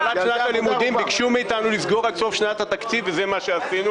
בתחילת שנת הלימודים ביקשו מאיתנו לסגור עד סוף שנת התקציב וזה מה שעשינו